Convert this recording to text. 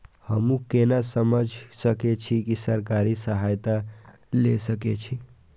हमू केना समझ सके छी की सरकारी सहायता ले सके छी?